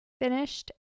finished